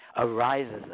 arises